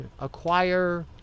acquire